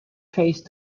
face